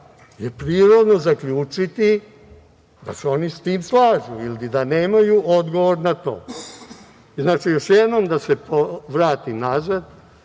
je prirodno zaključiti da se oni sa tim slažu ili da nemaju odgovor na to. Znači, još jednom da se vratim nazad,